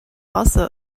also